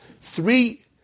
three